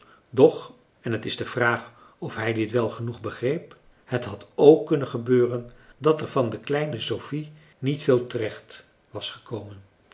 en het is de vraag of hij dit wel genoeg begreep het had k kunnen gebeuren dat er van de kleine sophie niet veel te recht was gekomen